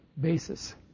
basis